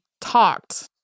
talked